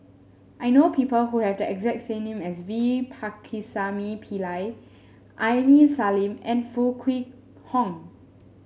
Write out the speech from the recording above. I know people who have the exact name as V Pakirisamy Pillai Aini Salim and Foo Kwee Horng